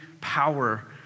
power